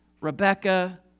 Rebecca